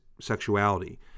sexuality